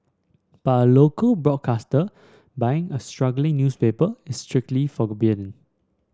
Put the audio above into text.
but a local broadcaster buying a struggling newspaper is strictly